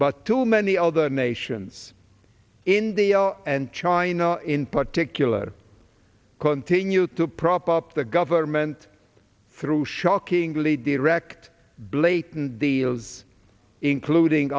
but too many other nations in the and china in particular continue to prop up the government through shockingly direct blatant the ills including